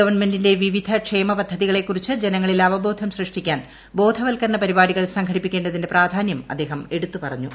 ഗവൺമെന്റിന്റെ വിവിധ ക്ഷേമ പ്പദ്ധതികളെ ക്കുറിച്ച് ജനങ്ങളിൽ അവബോധം സൃഷ്ടിക്കാർ ബോധവത്കരണ പരിപാടികൾ സംഘടിപ്പിക്കേണ്ടതിന്റെ പ്രധാന്യം അദ്ദേഹം എടുത്തു പറഞ്ഞു